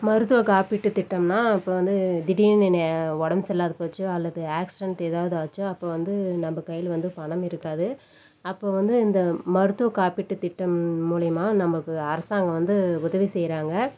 மருத்துவ காப்பீட்டு திட்டம்னால் இப்போ வந்து திடீரெனு உடம்பு சரியில்லாது போச்சு அல்லது ஆக்சிடென்ட் ஏதாவது ஆச்சு அப்போ வந்து நம்ம கையில் வந்து பணம் இருக்காது அப்போ வந்து இந்த மருத்துவ காப்பீட்டு திட்டம் மூலயமா நமக்கு அரசாங்கம் வந்து உதவி செய்கிறாங்க